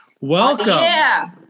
welcome